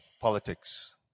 politics